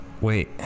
wait